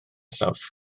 saws